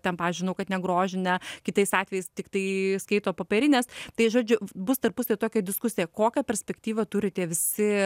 ten pavyzdžiui nu kad negrožinę kitais atvejais tiktai skaito popierines tai žodžiu bus tarpusavy tokia diskusija kokią perspektyvą turi tie visi